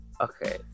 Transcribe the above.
Okay